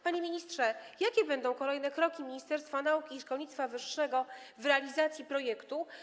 Panie ministrze, jakie będą kolejne kroki Ministerstwa Nauki i Szkolnictwa Wyższego w realizacji projektu?